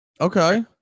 Okay